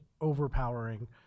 overpowering